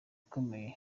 ikomeye